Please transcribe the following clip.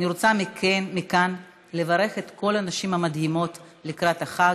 אני רוצה מכאן לברך את כל הנשים המדהימות לקראת החג,